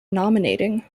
nominating